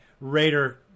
Raider